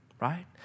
right